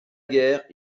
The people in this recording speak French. guerre